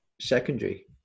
secondary